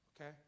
Okay